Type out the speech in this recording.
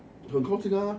很靠近啊